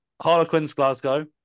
Harlequins-Glasgow